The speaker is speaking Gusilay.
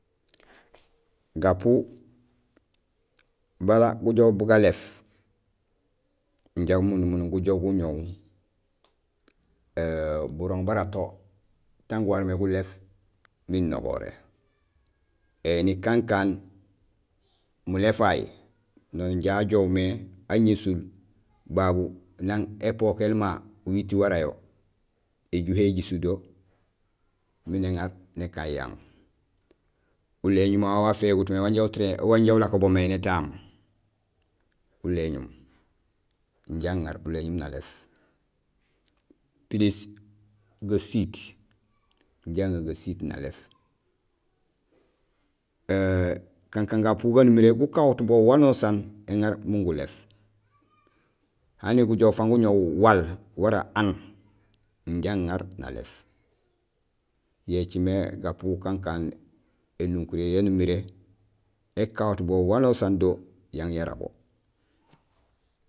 gapu bala gujoow bu galééf, inja gumundum mundun gujoow guñoow burooŋ bara to taan guwaréén mé guléét miin nogoré. Éni kakaan muléfay, non inja ajoow mé aŋésul babu nang épokéél ma béŋa ujiit wara yo, éyuhé éjisul do miin éŋaar nakaan yang, uléñun wawu wafégut mé wanja ulako bo mé nétaam, uléñun, inkja aŋaar uléñun nakaan bulééf plus gasiit, inja aŋa gasiit nalééf kankaan gapu gaan umiré gukahut bo wanusaan éŋaar miin guléf; hani gujoow fang guñoow waal wara aan inja aŋaŋar nalééf. Yo écimé gapu kakaan énukuréén yaan umiré ékahut bo wanusaan do yang yara wo.